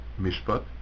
Mishpat